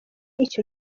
icyo